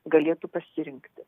galėtų pasirinkti